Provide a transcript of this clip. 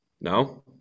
No